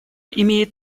имеет